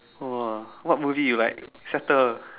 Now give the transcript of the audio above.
!wah! what movie you like shutter